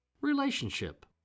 Relationship